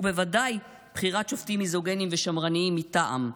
ובוודאי בחירת שופטים מיזוגנים ושמרנים מטעם.